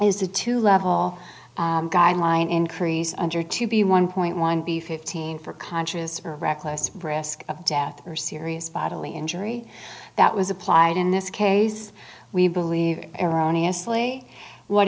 is a two level guideline increase under to be one point one b fifteen for conscious or reckless risk of death or serious bodily injury that was applied in this case we believe erroneously what